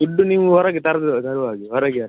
food ನೀವು ಹೊರಗೆ ತರೋದು ತರುವಾಗೆ ಹೊರಗೆ